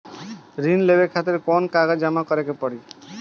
ऋण लेवे खातिर कौन कागज जमा करे के पड़ी?